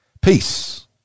Peace